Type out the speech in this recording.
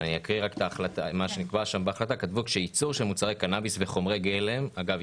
ההחלטה קובעת ש"ייצור של מוצרי קנאביס וחומרי גלם" אגב,